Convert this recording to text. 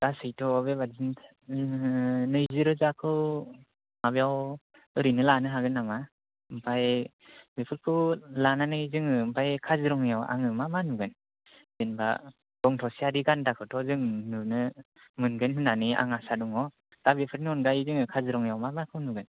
गासैथ' बेबायदिनो नैजि रोजा खौ माबायाव ओरैनो लानो हागोन नामा ओंफाय बेफोरखौ लानानै जोङो ओंफ्राय काजिरङायाव आङो मा मा नुगोन जेनबा गं थसेआरि गान्दा खौथ' जों नुनो मोनगोन होननानै आं आसा दङ दा बेफोरनि अनगायैबो जोङो काजिरङायाव मा मा नुगोन